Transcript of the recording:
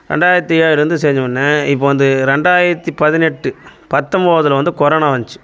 ரெண்டாயிரத்தி ஏழுலேருந்து செஞ்சவொன்னே இப்ப வந்து ரெண்டாயிரத்தி பதினெட்டு பத்தொம்போதில் வந்து கொரோனா வந்துச்சி